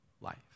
life